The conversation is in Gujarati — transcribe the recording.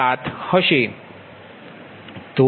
7 હશે